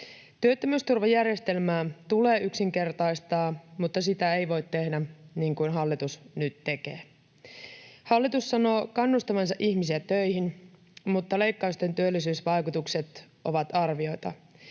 Työttömyysturvajärjestelmää tulee yksinkertaistaa, mutta sitä ei voi tehdä niin kuin hallitus nyt tekee. Hallitus sanoo kannustavansa ihmisiä töihin, mutta leikkausten työllisyysvaikutukset ovat arvioita.